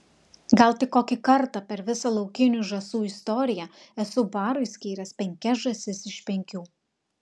gal tik kokį kartą per visą laukinių žąsų istoriją esu barui skyręs penkias žąsis iš penkių